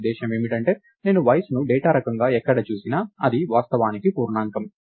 నా ఉద్దేశ్యం ఏమిటంటే నేను వయస్సును డేటా రకంగా ఎక్కడ చూసినా అది వాస్తవానికి పూర్ణాంకం